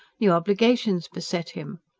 new obligations beset him.